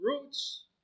roots